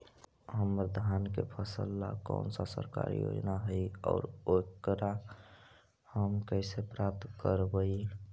हमर धान के फ़सल ला कौन सा सरकारी योजना हई और एकरा हम कैसे प्राप्त करबई?